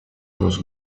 was